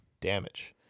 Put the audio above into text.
damage